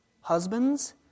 Husbands